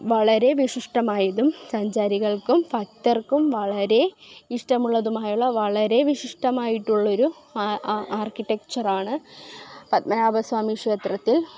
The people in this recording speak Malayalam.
വളരെ വിശിഷ്ടമായതും സഞ്ചാരികൾക്കും ഭക്തർക്കും വളരെ ഇഷ്ടമുള്ളതുമായുള്ള വളരെ വിശിഷ്ടമായിട്ടുള്ളൊരു അ ആർക്കിടെക്ച്ചർ ആണ് പത്മനാഭ സ്വാമി ക്ഷേത്രത്തിൽ